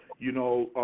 you know.